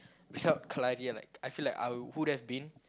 without kalari like I feel like I would have been